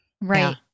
Right